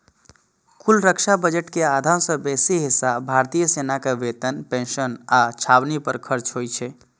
कुल रक्षा बजट के आधा सं बेसी हिस्सा भारतीय सेना के वेतन, पेंशन आ छावनी पर खर्च होइ छै